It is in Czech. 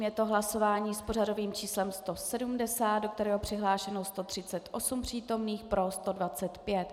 Je to hlasování s pořadovým číslem 170, do kterého je přihlášeno 138 přítomných, pro 125.